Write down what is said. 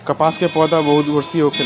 कपास के पौधा बहुवर्षीय होखेला